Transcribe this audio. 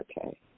Okay